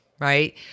right